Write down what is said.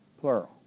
plural